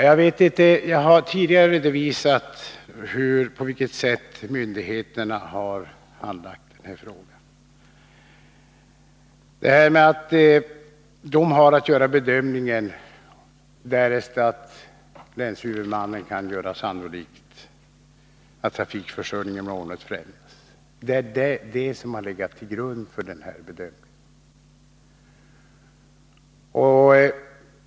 Herr talman! Jag har tidigare redovisat på vilket sätt myndigheterna har handlagt denna fråga. De har att göra bedömningen därest länshuvudmannen kan göra sannolikt att trafikförsörjningen inom området främjas. Det är detta som har legat till grund för bedömningen.